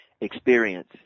experience